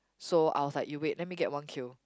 so I was like you wait let me get one kill